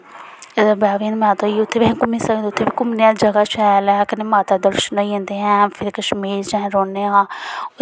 बाह्वे आह्ली माता होई उ'त्थें बी अस घूमी सकदे उ'त्थे बीं घूमने तै जगह् शैल ऐ कन्नै माता दे दर्शन होई जंदे ऐ फिर कश्मीर जन्ने रौह्ने आं